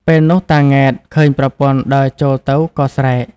ពេលនោះតា ង៉ែត ឃើញប្រពន្ធដើរចូលទៅក៏ ស្រែក